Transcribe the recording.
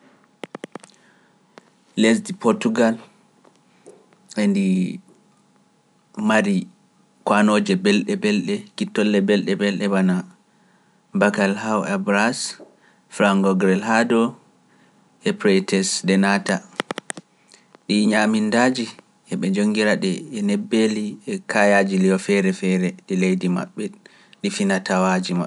Lesdi Potugal ndi mari ko wanooje belɗe belɗe, kittolle belɗe belɗe wanaa bakal Haw Abraas, Farango Garel Haddo, e Preetes ɗe naata ɗi ñaamindaaji eɓe njongira ɗe neɓɓeli e kaayaaji liyo feere feere ɗi leydi maɓɓe ɗi finatawaaji maɓɓe.